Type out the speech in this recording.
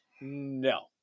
No